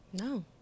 No